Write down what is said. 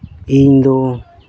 ᱤᱧ ᱫᱚ